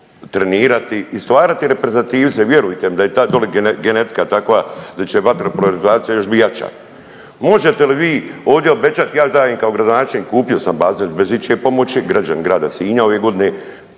trenirati i stvarati reprezentativce. Vjerujte mi da je ta dole genetika takva da će vaterpolo reprezentacija još biti jača. Možete li vi ovdje obećati ja sam kao gradonačelnik kupio bazen bez ičije pomoći građani grada Sinja ove godine